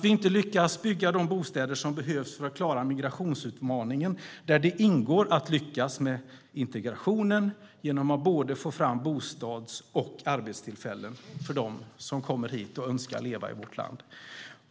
Vi lyckas inte bygga de bostäder som behövs för att klara migrationsutmaningen, där det ingår att lyckas med integrationen genom att få fram både bostads och arbetstillfällen till dem som önskar leva i vårt land.